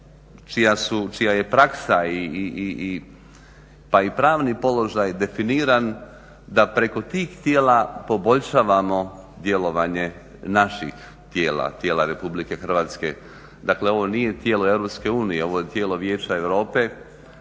čija je praksa i pa i pravni položaj definiran da preko tih tijela poboljšavamo djelovanje naših tijela, tijela RH. Dakle ovo nije tijelo EU, ovo je tijelo Vijeća Europe